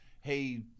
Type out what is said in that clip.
Hey